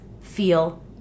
feel